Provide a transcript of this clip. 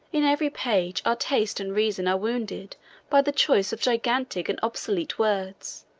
in every page our taste and reason are wounded by the choice of gigantic and obsolete words,